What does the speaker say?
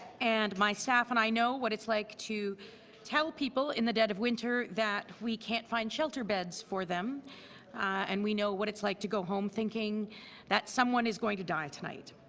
and my staff and i know what it's like to tell people in the dead of winter that we can't find shelter beds for them and we know what it's like to go home thinking that someone is going to die tonight.